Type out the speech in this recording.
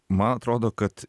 man atrodo kad